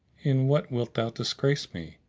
in what wilt thou disgrace me?